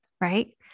right